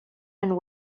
and